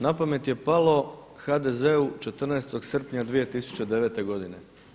Napamet je palo HDZ-u 14. srpnja 2009. godine.